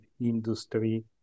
industry